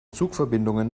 zugverbindungen